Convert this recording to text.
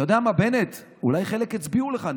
אתה יודע מה, בנט, אולי חלק הצביעו לך.